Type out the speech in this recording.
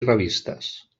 revistes